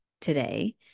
today